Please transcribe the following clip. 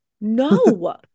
No